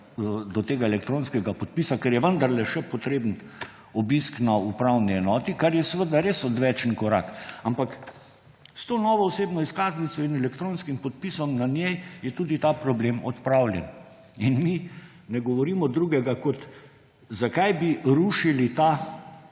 do tega elektronskega podpisa, ker je vendarle še potreben obisk na upravni enoti, kar je seveda res odvečen korak, ampak s to novo osebno izkaznico in elektronskim podpisom na njej je tudi ta problem odpravljen. In mi ne govorimo drugega, kot zakaj bi rušili ta